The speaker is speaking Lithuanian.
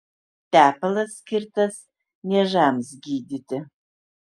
tepalas skirtas niežams gydyti